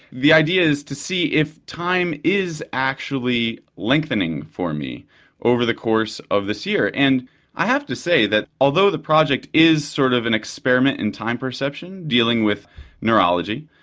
the idea is to see if time is actually lengthening for me over the course of this year, and i have to say that although the project is sort of an experiment in time perception, dealing with neurology,